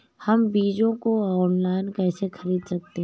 हम बीजों को ऑनलाइन कैसे खरीद सकते हैं?